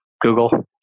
Google